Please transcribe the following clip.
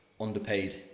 underpaid